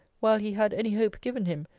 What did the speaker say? while he had any hope given him,